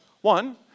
One